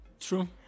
True